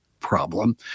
problem